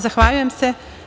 Zahvaljujem se.